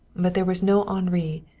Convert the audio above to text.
but there was no henri,